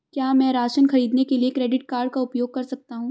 क्या मैं राशन खरीदने के लिए क्रेडिट कार्ड का उपयोग कर सकता हूँ?